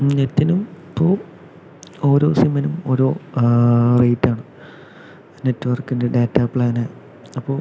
നെറ്റിനും ഇപ്പോൾ ഓരോ സിമ്മിനും ഓരോ റേറ്റ് ആണ് നെറ്റ്വർക്കിൻ്റെ ഡാറ്റ പ്ലാൻ അപ്പോൾ